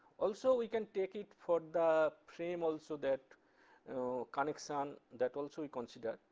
also, we can take it for the frame also that connection that also we consider,